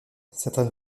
certaines